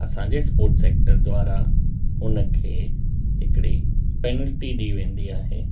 त असांजे sport sector द्वारा हुन खे हिकड़ी पैनल्टी ॾी वेंदी आहे